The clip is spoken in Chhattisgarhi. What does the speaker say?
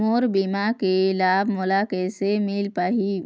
मोर बीमा के लाभ मोला कैसे मिल पाही?